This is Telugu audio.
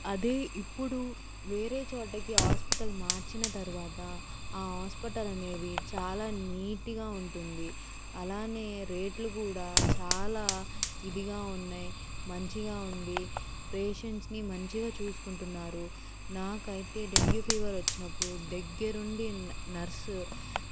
అదే ఇప్పుడు వేరే చోటకి హాస్పిటల్ మార్చిన తర్వాత ఆ హాస్పిటల్ అనేది చాలా నీట్గా ఉంటుంది అలానే రేట్లు కూడా చాలా ఇదిగా ఉన్నాయి మంచిగా ఉంది పేషెంట్స్ని మంచిగా చూసుకుంటున్నారు నాకు అయితే డెంగ్యూ ఫీవర్ వచ్చినప్పుడు దగ్గర ఉండి నర్స్